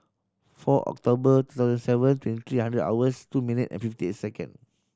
four October two thousand seven twenty three hours two minute and fifty second